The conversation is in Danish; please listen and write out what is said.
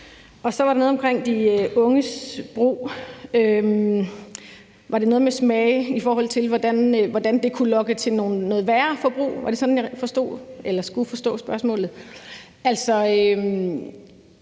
Så var der noget om de unges brug. Var det noget med smage, i forhold til hvordan det kunne lokke til et værre forbrug? Var det sådan, jeg skulle forstå spørgsmålet?